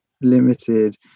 limited